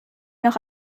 noch